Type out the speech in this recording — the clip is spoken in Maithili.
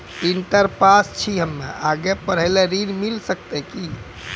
इंटर पास छी हम्मे आगे पढ़े ला ऋण मिल सकत?